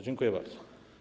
Dziękuję bardzo.